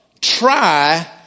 try